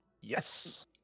Yes